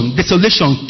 desolation